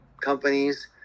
Companies